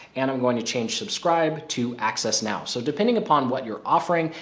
and i'm going to change subscribe to access now. so depending upon what you're offering,